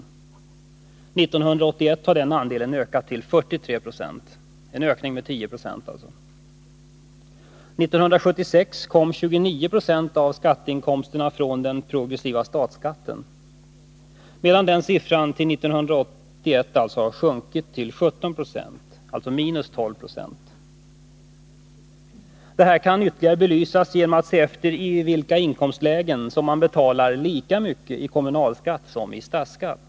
År 1981 har den andelen ökat till 43 26, en ökning med 10 26. År 1976 kom 29 20 av skatteinkomsterna från den progressiva statsskatten, medan den siffran till 1981 har sjunkit till 17 926, alltså minus 12 90. Det här kan ytterligare belysas genom att vi ser efter i vilka inkomstlägen som man betalar lika mycket i kommunalskatt som i statsskatt.